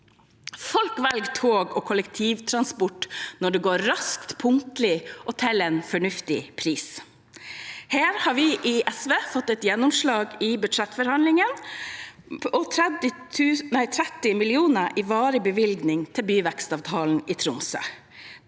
Folk velger tog og kollektivtransport når det går raskt, er punktlig og har en fornuftig pris. Her har vi i SV fått et gjennomslag i budsjettforhandlingene med 30 mill. kr i varig bevilgning til byvekstavtalen i Tromsø.